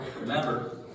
Remember